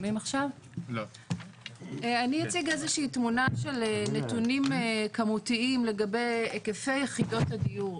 אני אציג איזה שהיא תמונה של נתונים כמותיים לגבי היקפי יחידות הדיור,